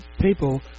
people